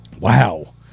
Wow